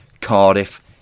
Cardiff